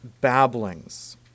babblings